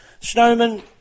Snowman